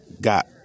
got